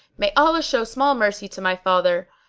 may allah show small mercy to my father,